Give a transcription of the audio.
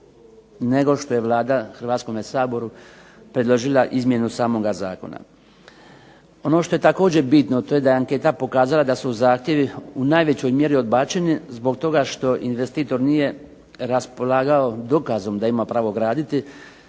nego što je Vlada Hrvatskome saboru predložila izmjenu samoga zakona. Ono što je također bitno to je da je anketa pokazala da su zahtjevi u najvećoj mjeri odbačeni zbog toga što investitor nije raspolagao dokazom da ima pravo graditi